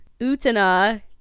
Utana